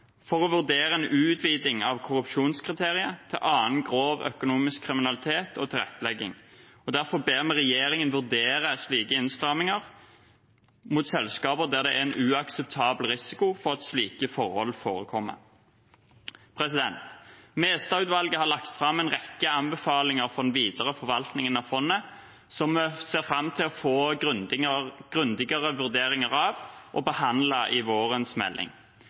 for å vurdere en utvidelse av korrupsjonskriteriet til annen grov økonomisk kriminalitet og tilrettelegging. Derfor ber vi regjeringen vurdere slike innstramminger mot selskaper der det er en uakseptabel risiko for at slike forhold forekommer. Mestad-utvalget har lagt fram en rekke anbefalinger for den videre forvaltningen av fondet, som vi ser fram til å få grundigere vurderinger av og behandle i vårens melding.